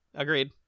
Agreed